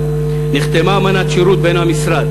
נחתמה אמנת שירות בין המשרד,